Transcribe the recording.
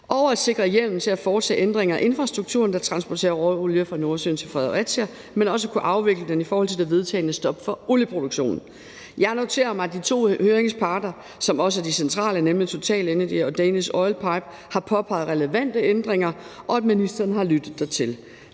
og at sikre hjemmel i forhold til ændringer af infrastrukturen, der transporterer råolie fra Nordsøen til Fredericia, men også at kunne afvikle den i forhold til det vedtagne stop for olieproduktion. Jeg noterer mig, at de to høringsparter, som også er de centrale, nemlig TotalEnergies EP Danmark A/S og Danish Oil Pipe A/S, har påpeget relevante ændringer, og at ministeren har lyttet dertil.